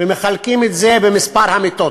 ומחלקים את זה במספר המיטות,